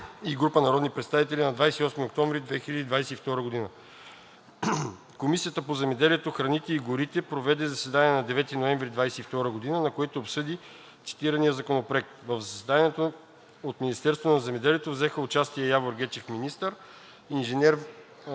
и група народни представители на 28 октомври 2022 г. Комисията по земеделието, храните и горите проведе заседание на 9 ноември 2022 г., на което обсъди цитирания законопроект. В заседанието от Министерството на земеделието взеха участие: Явор Гечев – министър, инж.